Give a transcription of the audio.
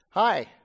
hi